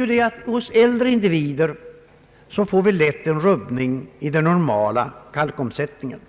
Vi vet att hos äldre människor blir det lätt en rubbning i den normala kalkomsättningen,